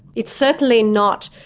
it's certainly not,